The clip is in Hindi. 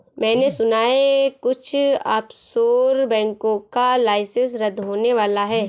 मैने सुना है कुछ ऑफशोर बैंकों का लाइसेंस रद्द होने वाला है